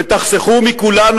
ותחסכו מכולנו,